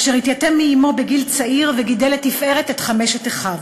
אשר התייתם מאמו בגיל צעיר וגידל לתפארת את חמשת אחיו.